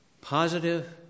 Positive